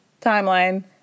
timeline